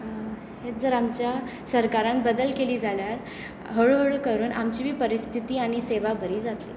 हेंच जर आमच्या सरकारान बदल केली जाल्यार हळू हळू करून आमची बी परीस्थिती आनी सेवा बरी जातली